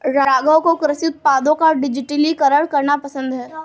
राघव को कृषि उत्पादों का डिजिटलीकरण करना पसंद है